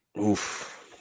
Oof